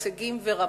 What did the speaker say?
הישגים ורמה.